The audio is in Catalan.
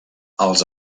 els